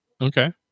Okay